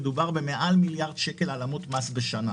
מדובר במעל מיליארד שקל העלמות מס בשנה.